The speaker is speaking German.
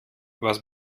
was